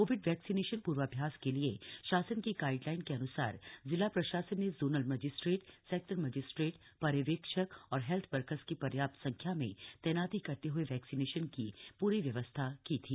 Covid vaccination प्र्वाभ्यास के लिए शासन की गाइड लाइन के अन्सार जिला प्रशासन ने जोनल मजिस्ट्रेट सेक्टर मजिस्ट्रेट पर्यवेक्षक और हेल्थ वर्कस की पर्याप्त संख्या में तक्वाती करते हए वक्कसीनेशन की प्री व्यवस्था की थी